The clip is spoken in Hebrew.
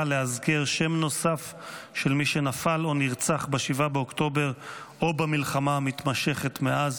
לאזכר שם נוסף של מי שנפל או נרצח ב-7 באוקטובר או במלחמה המתמשכת מאז.